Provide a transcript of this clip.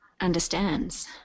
understands